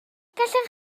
allwch